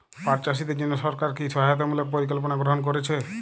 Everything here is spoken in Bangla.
পাট চাষীদের জন্য সরকার কি কি সহায়তামূলক পরিকল্পনা গ্রহণ করেছে?